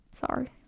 Sorry